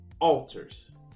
altars